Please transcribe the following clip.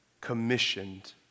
commissioned